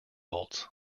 bolts